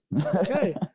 Okay